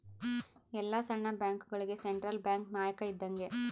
ಎಲ್ಲ ಸಣ್ಣ ಬ್ಯಾಂಕ್ಗಳುಗೆ ಸೆಂಟ್ರಲ್ ಬ್ಯಾಂಕ್ ನಾಯಕ ಇದ್ದಂಗೆ